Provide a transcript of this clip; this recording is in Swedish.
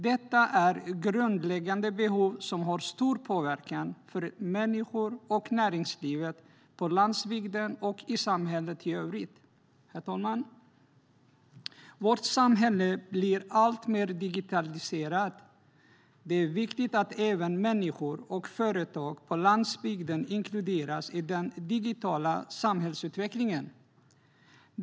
Detta är grundläggande behov som har stor påverkan på människor och näringsliv på landsbygden och i samhället i övrigt. Herr talman! Vårt samhälle blir alltmer digitaliserat. Det är viktigt att även människor och företag på landsbygden inkluderas i den digitala samhällsutvecklingen.